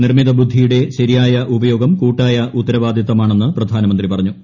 നിർമ്മിതബുദ്ധിയുടെ ശരിയായ ഉപയോഗം കൂട്ടായ ഉത്തരവാദിത്തമാണെന്ന് പ്രധാനമന്ത്രി പറഞ്ഞു